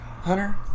Hunter